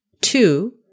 two